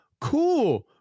Cool